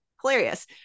Hilarious